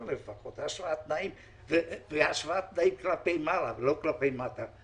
לפחות השוואת תנאים כלפי מעלה ולא כלפי מטה.